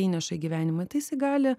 įneša į gyvenimą tai jisai gali